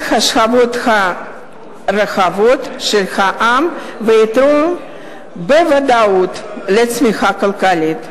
השכבות הרחבות של העם ויתרום בוודאות לצמיחה כלכלית,